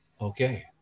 Okay